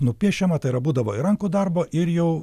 nupiešiama tai yra būdavo ir rankų darbo ir jau